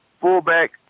fullback